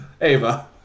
Ava